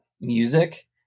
music